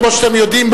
כמו שאתם יודעים,